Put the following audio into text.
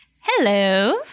hello